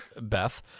Beth